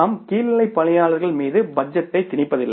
நாம் கீழ்நிலை பணியாளர் மீது பட்ஜெட்டை திணிப்பதில்லை